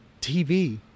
TV